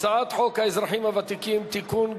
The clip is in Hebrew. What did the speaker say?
הצעת חוק האזרחים הוותיקים (תיקון,